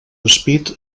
despit